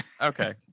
Okay